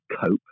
cope